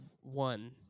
one